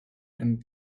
and